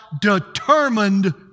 determined